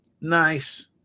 nice